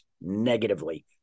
negatively